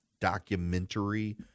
documentary